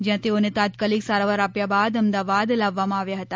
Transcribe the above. જ્યાં તેઓને તાત્કાલિક સારવાર આપ્યા બાદ અમદાવાદ લાવવામાં આવ્યા હતા